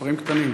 מספרים קטנים,